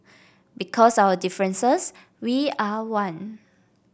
because of our differences we are one